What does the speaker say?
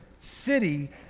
city